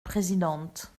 présidente